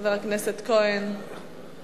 חבר הכנסת כהן,